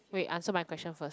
wait answer my question first